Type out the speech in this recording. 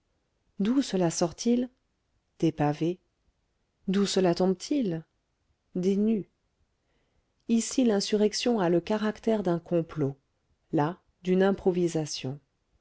d'où cela sort-il des pavés d'où cela tombe t il des nues ici l'insurrection a le caractère d'un complot là d'une improvisation